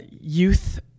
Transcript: youth